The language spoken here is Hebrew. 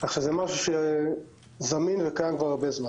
כך שזה משהו זמין וקיים כבר הרבה זמן.